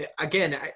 again